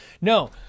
No